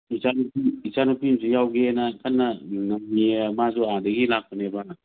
ꯏꯆꯥ ꯅꯨꯄꯤ ꯑꯝꯁꯨ ꯌꯥꯎꯒꯦꯅ ꯀꯟꯅ ꯉꯪꯉꯤꯌꯦ ꯃꯥꯁꯨ ꯑꯥꯗꯒꯤ ꯂꯥꯛꯄꯅꯦꯕ